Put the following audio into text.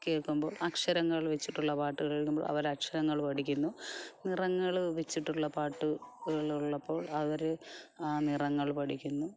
കേൾക്കുമ്പോൾ അക്ഷരങ്ങൾ വെച്ചിട്ടുള്ള പാട്ടുകൾ അവർ അക്ഷരങ്ങൾ പഠിക്കുന്നു നിറങ്ങൾ വെച്ചിട്ടുള്ള പാട്ട് കളുള്ളപ്പോൾ അവർ ആ നിറങ്ങൾ പഠിക്കുന്നു